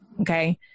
okay